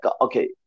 okay